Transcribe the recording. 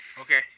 Okay